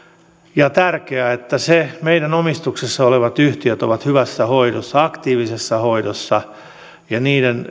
ja tärkeää että meidän omistuksessamme olevat yhtiöt ovat hyvässä hoidossa aktiivisessa hoidossa ja niiden